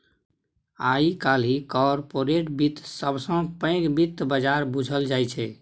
आइ काल्हि कारपोरेट बित्त सबसँ पैघ बित्त बजार बुझल जाइ छै